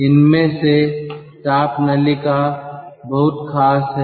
इसमें से heat coil बहुत खास हैं